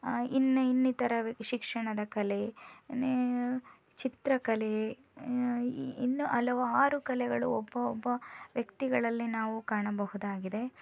ಇನ್ನು ಇನ್ನಿತರ ಶಿಕ್ಷಣದ ಕಲೆ ಚಿತ್ರಕಲೆ ಇನ್ನು ಹಲವಾರು ಕಲೆಗಳು ಒಬ್ಬ ಒಬ್ಬ ವ್ಯಕ್ತಿಗಳಲ್ಲಿ ನಾವು ಕಾಣಬಹುದಾಗಿದೆ